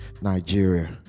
Nigeria